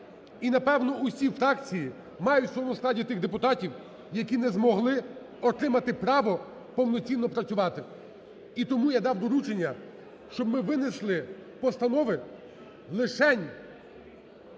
і напевно всі фракції мають у своєму складі тих депутатів, які не змогли отримати право повноцінно працювати. І тому я дав доручення, щоб ми винесли постанови лишень